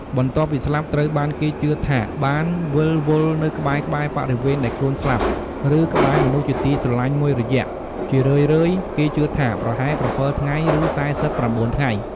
បន្ទាប់ពីស្លាប់ត្រូវបានគេជឿថាបាន វិលវល់នៅក្បែរៗបរិវេណដែលខ្លួនស្លាប់ ឬក្បែរមនុស្សជាទីស្រឡាញ់មួយរយៈ ជារឿយៗគេជឿថាប្រហែល៧ថ្ងៃ ឬ៤៩ ថ្ងៃ។